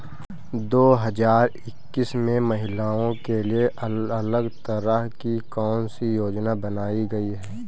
दो हजार इक्कीस में महिलाओं के लिए अलग तरह की कौन सी योजना बनाई गई है?